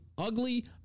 Ugly